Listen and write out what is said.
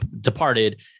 departed